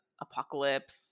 apocalypse